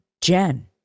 Jen